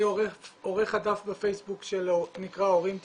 אני עורך הדף בפייסבוק שנקרא "הורים תתעוררו".